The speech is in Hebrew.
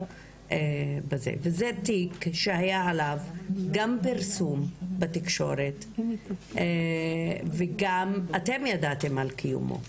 זה תיק שהיה עליו גם פרסום בתקשורת וגם אתם ידעתם על קיומו.